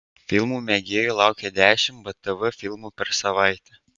filmų mėgėjų laukia dešimt btv filmų per savaitę